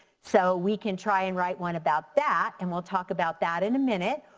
so we can try and write one about that and we'll talk about that in a minute.